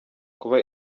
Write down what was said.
kuba